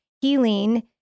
healing